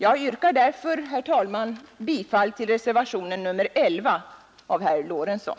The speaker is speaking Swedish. Jag yrkar därför, herr talman, bifall till reservationen 11 av herr Lorentzon.